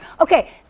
Okay